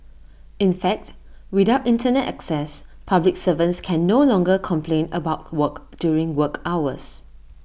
in fact without Internet access public servants can no longer complain about work during work hours